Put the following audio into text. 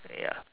ya